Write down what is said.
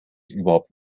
überhaupt